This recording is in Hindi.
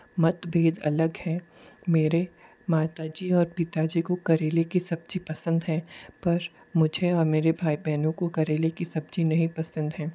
मतभेद अलग हैं मेरे माता जी और पिता जी को करेले की सब्ज़ी पसंद है पर मुझे और मेरे भाई बहनों को करेले की सब्ज़ी नहीं पसंद है